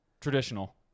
traditional